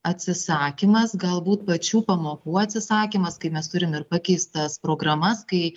atsisakymas galbūt pačių pamokų atsisakymas kai mes turim ir pakeistas programas kai